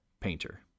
Painter